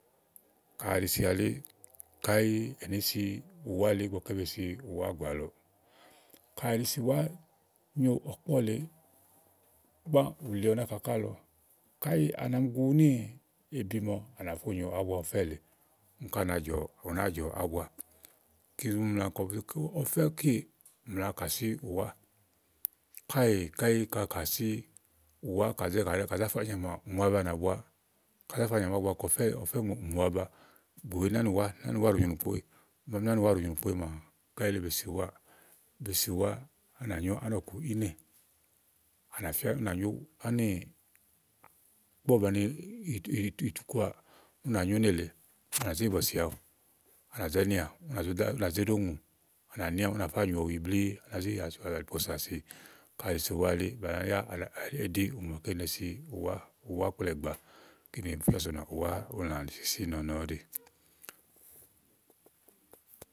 kàyi è ɖe sià elì kàyì ène si ùwà igbɔké be si ùwà gbàa lɔ. Kàyi éɖe si ùwà ùni nyo ɔ̀kpɔ lèe, gbà ù lìi ɔwɛ nàka kà lɔ. Kàé à nà mi gu néèbi maɖu ànà fò nyo àbua ɛfɛ̀ lée ùni ka na Jɔ àbua kìni sù ùni mla kɔbu zé ke ɔfɛ́. Ɔfɛ̀kìè ùmla kàsi ùwà kàèe Kàyi ka kà si ùwà kà zà fà nyàmà ùŋò baba nàbua kà zà fà nyàmà kɔ ŋòaba ŋòaba nàbu. Igbè wèe ni ànì ùwà ànĩ ùwà àni ùwà ɖò nyo ùnùkpo éyi maà, kàyi eli be si ùwàá. Be si ùwà ù nà nyo ànɔku ìnɛ̀ àná fìà ùnà nyo ani. Ígbɔ ɔwɛ bàni ìtù kɔà ù ná nyo nelée, ù nà zé ye bɔ̀si aɖu à nà nià ùnà ze ɖe ùŋù, à nà níà ù nà zànyù ɔmi blìì. À nà zì hià posà si. Kàa èɖe si ùwà elì yà éɖi úŋò màa ɖèe ùwà, ùwàkplaɛ̀ gba. Kini ɔmi fià sò nìà ùwà ùlã nìsisì nɔ̀nɔ ɔ̀ɖi.